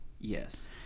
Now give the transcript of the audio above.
Yes